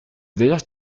d’ailleurs